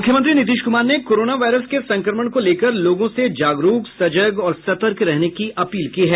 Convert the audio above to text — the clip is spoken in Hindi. मुख्यमंत्री नीतीश कुमार ने कोरोना वायरस के संक्रमण को लेकर लोगों से जागरूक सजग और सतर्क रहने की अपील की है